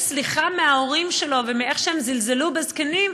סליחה מההורים שלו על איך שהם זלזלו בזקנים,